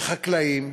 לחקלאים,